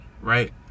Right